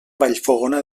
vallfogona